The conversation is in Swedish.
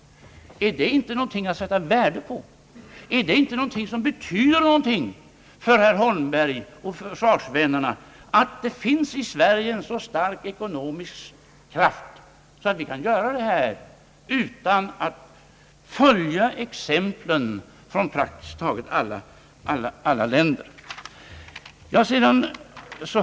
Är inte det någonting att sätta värde på? Betyder det inte någonting för herr Holmberg och försvarsvännerna att det finns i Sverige en så stark ekonomi att vi icke behöver följa exemplen från praktiskt taget alla andra länder?